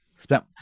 spent